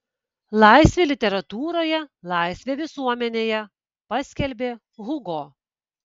laisvė literatūroje laisvė visuomenėje paskelbė hugo